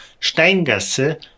Steingasse